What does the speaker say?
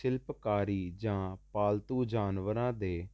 ਸ਼ਿਲਪਕਾਰੀ ਜਾਂ ਪਾਲਤੂ ਜਾਨਵਰਾਂ ਦੇ